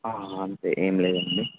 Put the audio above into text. అంతే ఏం లేదండి